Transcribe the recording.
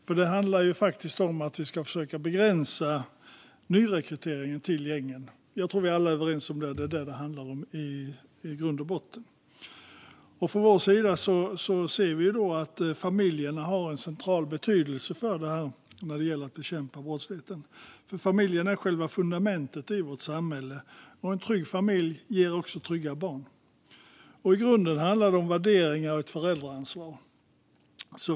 Att det i grund och botten handlar om att försöka begränsa nyrekryteringen till gängen tror jag att vi alla är överens om. Vi kristdemokrater menar att familjen är central för att bekämpa brottsligheten eftersom familjen är själva fundamentet i vårt samhälle. En trygg familj ger trygga barn. I grunden handlar det om värderingar och ett föräldraansvar.